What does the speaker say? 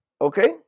Okay